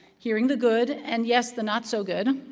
hearing the good, and, yes, the not so good,